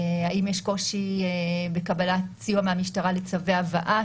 האם יש קושי בקבלת סיוע מהמשטרה לצווי הבאה